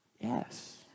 Yes